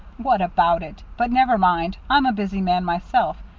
what about it! but never mind. i'm a busy man myself.